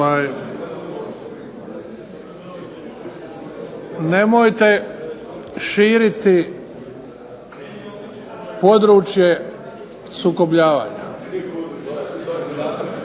Nemojte širiti područje sukobljavanja.